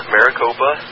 Maricopa